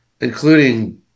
including